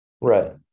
Right